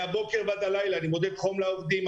מהבוקר ועד הלילה אני בודק חום לעובדים,